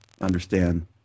understand